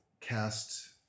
cast